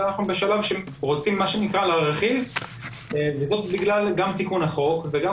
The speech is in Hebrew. ואנחנו בשלב שרוצים להרחיב וזאת בגלל גם תיקון החוק וגם,